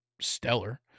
stellar